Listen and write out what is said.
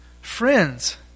Friends